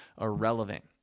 Irrelevant